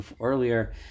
earlier